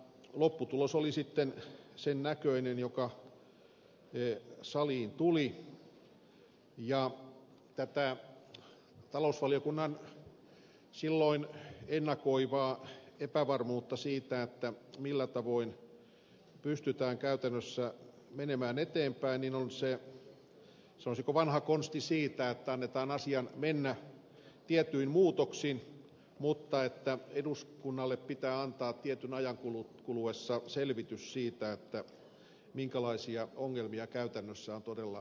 lopputulos oli sitten sen näköinen joka saliin tuli ja tätä talousvaliokunnan silloin ennakoivaa epävarmuutta siitä millä tavoin pystytään käytännössä menemään eteenpäin on se sanoisinko vanha konsti siitä että annetaan asian mennä tietyin muutoksin mutta että eduskunnalle pitää antaa tietyn ajan kuluessa selvitys siitä minkälaisia ongelmia käytännössä on todella syntynyt